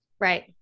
Right